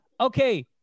okay